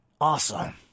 awesome